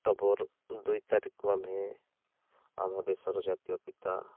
October ଦୁଇ ତାରିଖକୁ ଆମେ ଆମ ଦେଶର ଜାତୀୟ ପିତା